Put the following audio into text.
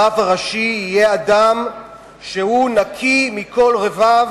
הרב הראשי יהיה אדם נקי מכל רבב,